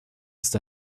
ist